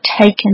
taken